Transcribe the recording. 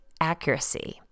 accuracy